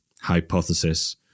hypothesis